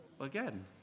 Again